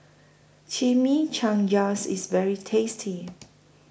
Chimichangas IS very tasty